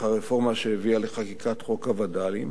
הרפורמה שהביאה לחקיקת חוק הווד"לים.